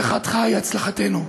הצלחתך היא הצלחתנו.